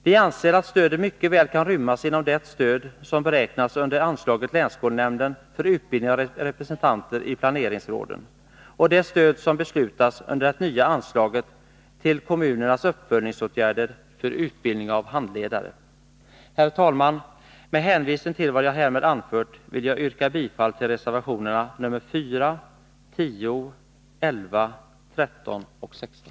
Vi anser att stödet mycket väl kan rymmas inom det stöd som beräknas under anslaget Länsskolnämnden för utbildning av representanter i planeringsråden och det stöd som beslutas under det nya anslaget till kommunernas uppföljningsåtgärder för utbildning av handledare. Herr talman! Med hänvisning till vad jag härmed anfört vill jag yrka bifall till reservationerna nr 4, 10, 11, 13 och 16.